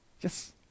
Yes